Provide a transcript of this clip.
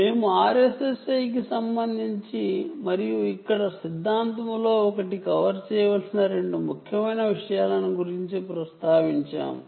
మేము RSSI కి సంబంధించి మరియు ఇక్కడ సిద్ధాంతంలో ఒకటి కవర్ చేయవలసిన 2 ముఖ్యమైన విషయాల గురించి ప్రస్తావించాము